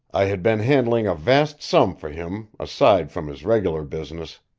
i had been handling a vast sum for him, aside from his regular business.